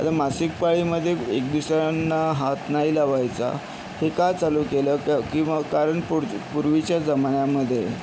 आता मासिकपाळीमध्ये एक दुसऱ्यांना हात नाही लावायचा हे का चालू केलं कं की वा कारण पुढ पूर्वीच्या जमान्यामध्ये